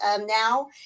now